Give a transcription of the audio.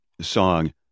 song